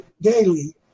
daily